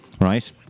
Right